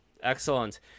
excellent